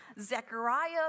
Zechariah